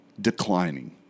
declining